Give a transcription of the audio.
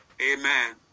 Amen